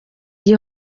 iyi